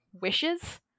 wishes